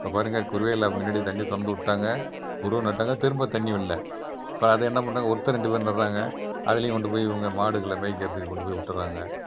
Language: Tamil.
இப்போ பாருங்கள் குறுவையில் முன்னாடி தண்ணி திறந்து விட்டாங்க குறுவை நட்டாங்க திரும்ப தண்ணி இல்லை இப்போ அதை என்ன பண்ணுறாங்க ஒருத்தர் ரெண்டு பேர் இருந்துட்றாங்க அதிலயும் கொண்டு போய் இவங்க மாடுகளை மேய்க்கிறதுக்கு கொண்டு போய் விட்டர்றாங்க